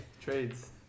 Trades